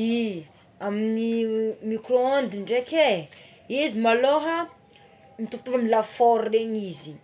Ie amign'ny mikro onde draiky é izy maloha mitovitovy amy lafaoro regny izy